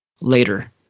Later